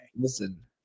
listen